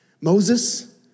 Moses